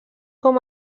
com